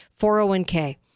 401k